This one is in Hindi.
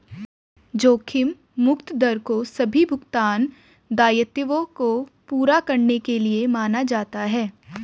जोखिम मुक्त दर को सभी भुगतान दायित्वों को पूरा करने के लिए माना जाता है